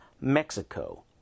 Mexico